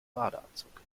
badeanzug